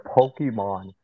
Pokemon